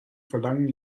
verlangen